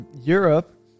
Europe